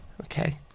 Okay